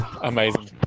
Amazing